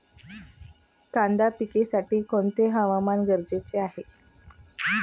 कांदा पिकासाठी कोणते हवामान गरजेचे आहे?